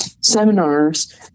seminars